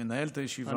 מנהל את הישיבה.